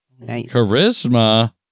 Charisma